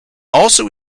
also